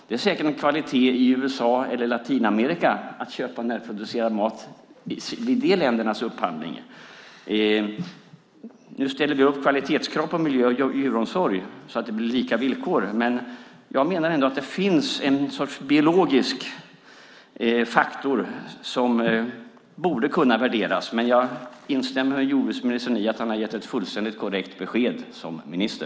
Det är säkert en kvalitet i USA eller Latinamerika att köpa närproducerad mat vid de ländernas upphandlingar. Nu ställer vi upp kvalitetskrav på miljö och djuromsorg så att det blir lika villkor. Jag menar ändå att det finns en sorts biologisk faktor som borde kunna värderas. Men jag instämmer med jordbruksministern i att han har gett ett fullständigt korrekt besked som minister.